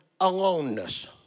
aloneness